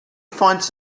finds